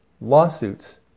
lawsuits